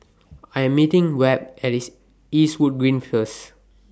I Am meeting Webb At Eastwood Green First